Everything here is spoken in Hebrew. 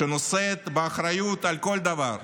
שנושאת באחריות לכל דבר,